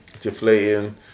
deflating